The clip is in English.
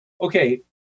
okay